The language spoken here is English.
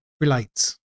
relates